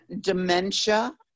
dementia